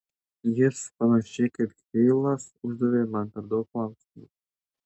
jis panašiai kaip heilas uždavė man per daug klausimų